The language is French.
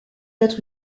être